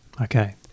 Okay